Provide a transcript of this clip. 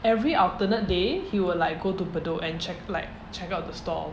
every alternate day he would like go to bedok and check like check out the stall